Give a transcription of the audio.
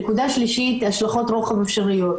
נקודה שלישית, השלכות רוחב אפשרויות.